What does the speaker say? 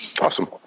awesome